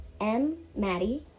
M-Maddie